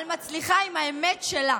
אבל מצליחה עם האמת שלה